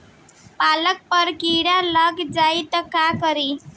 पालक पर कीड़ा लग जाए त का करी?